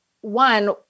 one